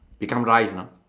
become rice you know